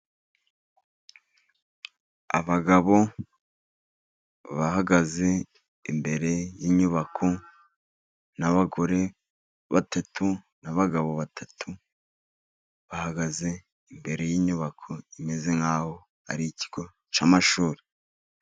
Abagabo bahagaze imbere y'inyubako, n'abagore batatu, n'abagabo batatu, bahagaze imbere y'inyubako imeze nk'aho ari ikigo cy'amashuri.